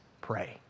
pray